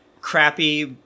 crappy